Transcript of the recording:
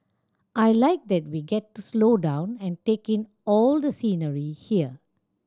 I like that we get to slow down and take in all the scenery here